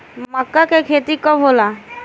मक्का के खेती कब होला?